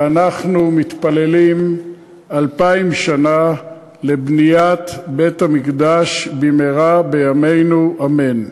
ואנחנו מתפללים אלפיים שנה לבניית בית-המקדש במהרה בימינו אמן.